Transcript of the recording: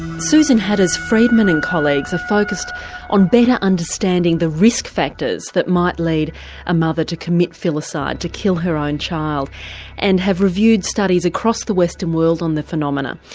susan hatters-friedman and colleagues are focused on better understanding the risk factors that might lead a mother to commit filicide, to kill her own child and have reviewed studies across the western world on the phenomena.